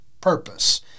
purpose